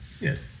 Yes